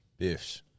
Biffs